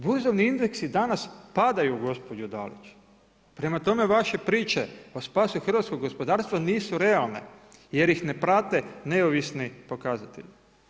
Burzovni indeksi danas padaju gospođo Dalić, prema tome vaše priče o spasu hrvatskog gospodarstva nisu realne, jer ih ne prate neovisni pokazatelji.